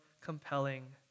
compelling